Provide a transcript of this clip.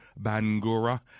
Bangura